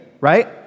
right